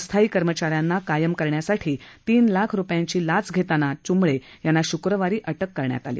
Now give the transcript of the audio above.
अस्थायी कर्मचाऱ्यांना कायम करण्यासाठी तीन लाख रुपयांची लाच घेताना चंभळे यांना शुक्रवारी अटक झाली